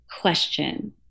question